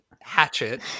hatchet